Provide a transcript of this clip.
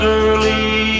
early